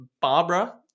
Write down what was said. barbara